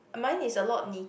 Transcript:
mine is a lot neat~